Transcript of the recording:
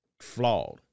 flawed